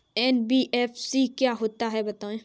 NBFC क्या होता है बताएँ?